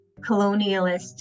colonialist